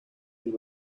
and